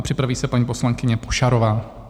Připraví se paní poslankyně Pošarová.